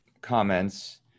comments